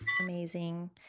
amazing